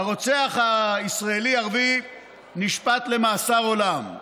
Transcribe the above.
הרוצח הישראלי-ערבי נשפט למאסר עולם.